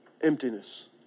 emptiness